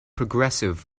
progressive